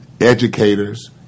educators